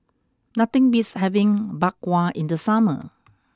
nothing beats having Bak Kwa in the summer